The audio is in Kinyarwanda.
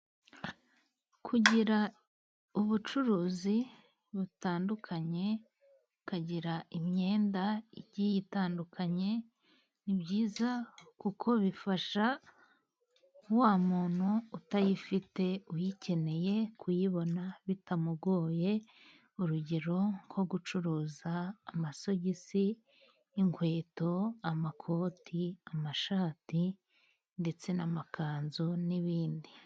Kugira ubucuruzi butandukanye, ukagira imyenda igye itandukanye ni byiza kuko bifasha wa muntu utayifite uyikeneye kuyibona bitamugoye. Urugero nko gucuruza amasogisi, inkweto, amakoti, amashati, ndetse n'amakanzu n'ibindi.